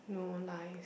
no lies